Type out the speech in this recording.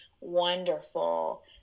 wonderful